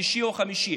השלישי או החמישי.